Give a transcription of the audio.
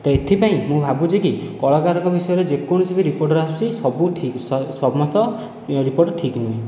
ତ ଏଥିପାଇଁ ମୁଁ ଭାବୁଛି କି କଳକାରଙ୍କ ବିଷୟରେ ଯେକୌଣସି ବି ରିପୋର୍ଟର ଆସୁଛି ସବୁ ଠିକ ସମସ୍ତ ରିପୋର୍ଟ ଠିକ ନୁହେଁ